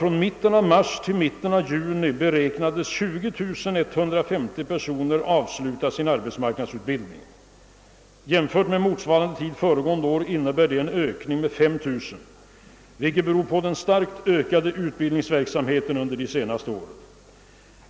Från mitten av mars till mitten av juni beräknas 20150 personer avsluta arbetsmarknadsutbildning. Jämfört med motsvarande tid föregående år innebär det en ökning med 5 000, vilket beror på den starkt ökade utbildningsverksamheten under det senaste året.